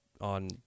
On